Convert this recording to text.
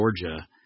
Georgia